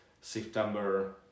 september